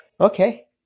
Okay